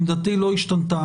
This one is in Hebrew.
עמדתי לא השתנתה.